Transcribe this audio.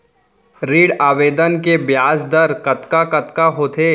ऋण आवेदन के ब्याज दर कतका कतका होथे?